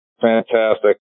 fantastic